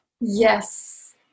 yes